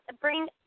bring